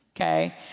okay